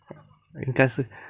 因该是